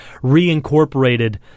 reincorporated